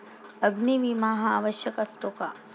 अग्नी विमा हा आवश्यक असतो का?